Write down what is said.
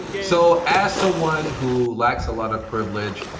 so as someone who lacks a lot of privilege,